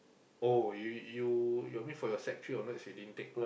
oh you you your mean for your sec three onwards you didn't take